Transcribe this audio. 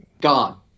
gone